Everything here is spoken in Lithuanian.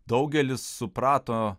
daugelis suprato